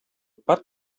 parc